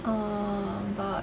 um about